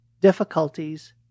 difficulties